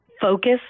focus